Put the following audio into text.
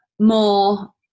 more